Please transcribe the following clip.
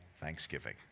Thanksgiving